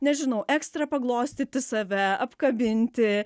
nežinau ekstra paglostyti save apkabinti